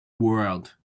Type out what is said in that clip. world